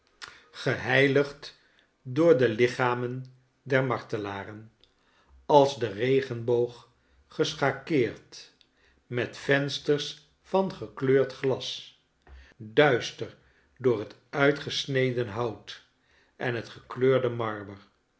geheiligd door de lichamen der martelaren als de regenboog geschakeerd met vensters van gekleurd glas duister door het uitgesneden hout en het